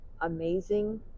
amazing